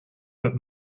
but